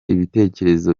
ibitekerezo